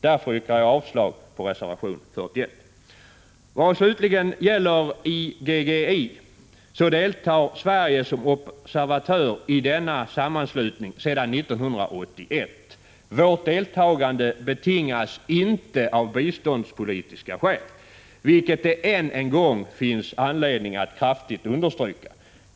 Därför yrkar jag avslag på reservation 41. Vad slutligen gäller IGGI, deltar Sverige som observatör i denna sammanslutning sedan 1981. Vårt deltagande betingas inte av biståndspolitiska skäl, vilket det än en gång finns anledning att kraftigt understryka.